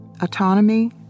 autonomy